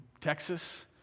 Texas